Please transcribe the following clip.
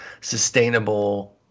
sustainable